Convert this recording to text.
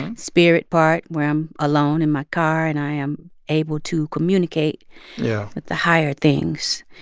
spirit part, where i'm alone in my car, and i am able to communicate. yeah. with the higher things.